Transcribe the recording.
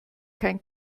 kein